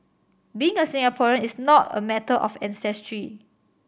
being a Singaporean is not a matter of ancestry